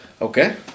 okay